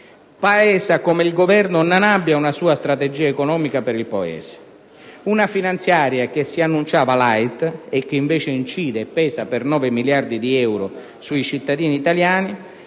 palesa come il Governo non abbia una strategia economica per il Paese. Essa si annunciava *light*, mentre incide e pesa per 9 miliardi di euro sui cittadini italiani.